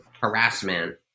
harassment